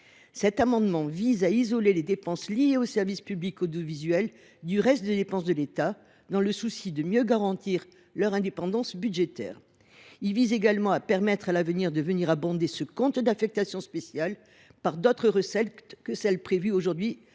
Cet amendement vise à isoler les dépenses liées aux services publics audiovisuels du reste des dépenses de l’État, l’idée étant de mieux garantir leur indépendance budgétaire. Il vise également à permettre d’abonder à l’avenir ce compte d’affectation spéciale par d’autres recettes que celles qui sont